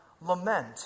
lament